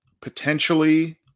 potentially